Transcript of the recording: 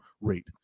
rate